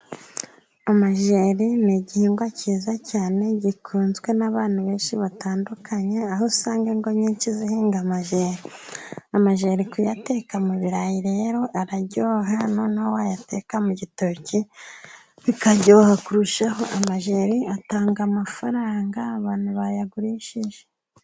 Amajyeri ni igihingwa cyiza cyane gikunzwe n'abantu benshi batandukanye. Aho usanga ingo nyinshi zihinga amajyeri. Amajyeri kuyateka mu birarayi rero araryoha, noneho wayateka mu gitoki bikaryoha kurushaho. Amajyeri atanga amafaranga abantu bayagurishije.